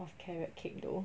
of carrot cake though